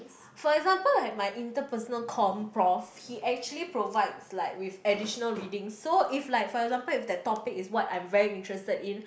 for example I have my interpersonal comm prof he actually provides like with additional readings so if like for example if that topic is what I'm very interested in